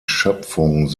schöpfung